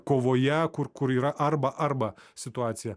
kovoje kur kur yra arba arba situacija